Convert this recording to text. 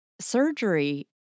surgery